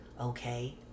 Okay